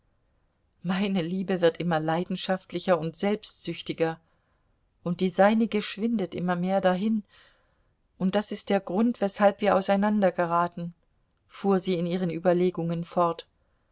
meine liebe wird immer leidenschaftlicher und selbstsüchtiger und die seinige schwindet immer mehr dahin und das ist der grund weshalb wir auseinandergeraten fuhr sie in ihren überlegungen fort